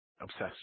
obsessed